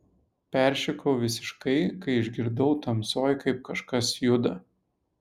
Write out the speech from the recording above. peršikau visiškai kai išgirdau tamsoj kaip kažkas juda